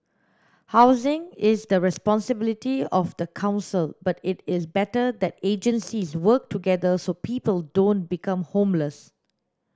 housing is the responsibility of the council but it is better that agencies work together so people don't become homeless